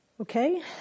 Okay